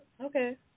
Okay